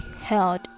held